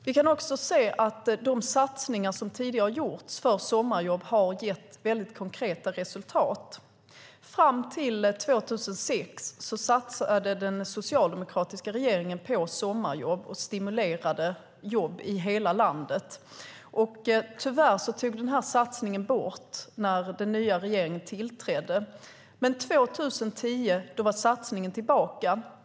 Vi kan också se att de satsningar som tidigare har gjorts för sommarjobb har gett konkreta resultat. Fram till 2006 satsade den socialdemokratiska regeringen på att ge stimulanser för att skapa sommarjobb i hela landet. Tyvärr togs satsningen bort när den nya regeringen tillträdde. År 2010 kom satsningen tillbaka.